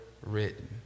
written